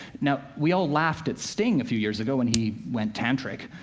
now, we all laughed at sting a few years ago when he went tantric,